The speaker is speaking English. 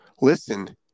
Listen